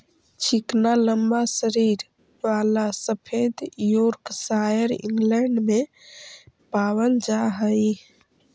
चिकना लम्बा शरीर वाला सफेद योर्कशायर इंग्लैण्ड में पावल जा हई